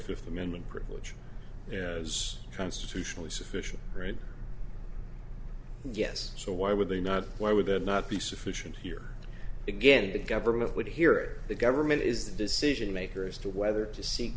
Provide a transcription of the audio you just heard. fifth amendment privilege as constitutionally sufficient right yes so why would they not why would that not be sufficient here again the government would here the government is the decision maker as to whether to seek